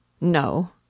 No